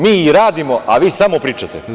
Mi i radimo, a vi samo pričate.